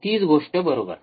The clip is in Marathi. तीच गोष्ट बरोबर